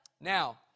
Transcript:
Now